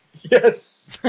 Yes